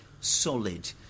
solid